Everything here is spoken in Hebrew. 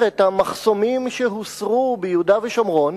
את המחסומים שהוסרו ביהודה ושומרון,